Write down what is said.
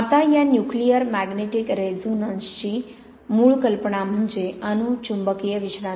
आता या nuclear magnetic रेझोनान्सची मूळ कल्पना म्हणजे अणु चुंबकीय विश्रांती